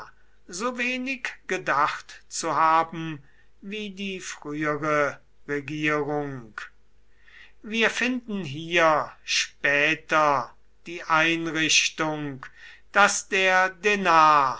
so wenig gedacht zu haben wie die frühere regierung wir finden hier später die einrichtung daß der denar